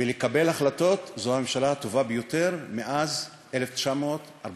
בקבלת החלטות זו הממשלה הטובה ביותר מאז 1948,